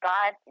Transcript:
God